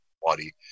body